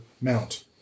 mount